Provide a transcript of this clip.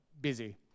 busy